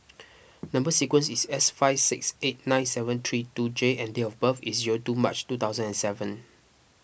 Number Sequence is S five six eight nine seven three two J and date of birth is zero two March two thousand and seven